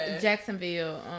Jacksonville